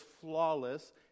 flawless